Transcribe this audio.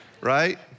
Right